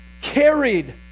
carried